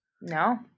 No